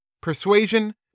Persuasion